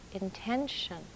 intention